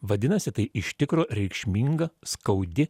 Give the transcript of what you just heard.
vadinasi tai iš tikro reikšminga skaudi